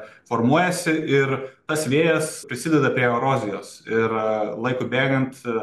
formuojasi ir tas vėjas prisideda prie erozijos ir laikui bėgant